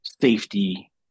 safety